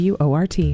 WORT